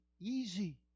easy